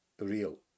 real